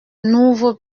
n’ouvre